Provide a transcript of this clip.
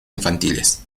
infantiles